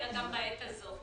אלא גם בעת הזאת.